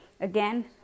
again